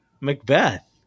Macbeth